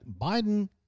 Biden